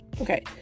okay